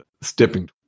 stepping